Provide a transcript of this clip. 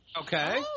Okay